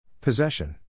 Possession